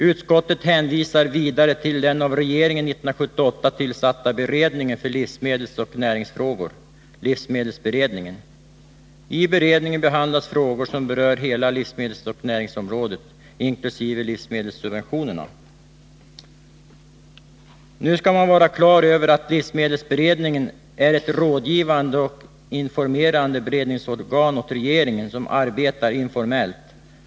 Utskottet hänvisar vidare till den av regeringen 1978 tillsatta beredningen för livsmedelsoch näringsfrågor, livsmedelsberedningen. I beredningen behandlas frågor som berör hela livsmedelsoch näringsområdet, inkl. livsmedelssubventionerna. Man skall vara klar över att livsmedelsberedningen är ett rådgivande och informerande beredningsorgan åt regeringen och att den arbetar informellt.